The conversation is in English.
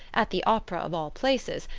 at the opera of all places,